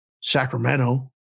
Sacramento